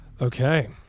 okay